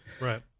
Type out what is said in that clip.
Right